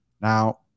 now